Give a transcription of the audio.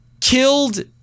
killed